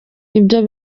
ibyo